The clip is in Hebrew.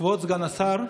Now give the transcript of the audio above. סגן השר,